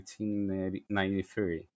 1993